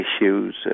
issues